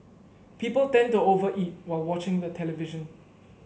people tend to over eat while watching the television